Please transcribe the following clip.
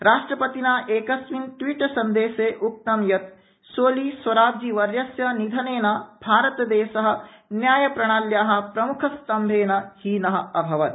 राष्ट्रपतिना एकस्मिन् ट्वीट संदेशे उक्तं यत् सोली सोराबजीवर्यस्य निधनेन भारतदेश न्यायप्रणाल्याप्रमुखस्तंभेन हीन अभवत्